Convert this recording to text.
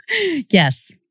Yes